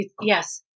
yes